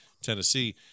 Tennessee